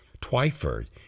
Twyford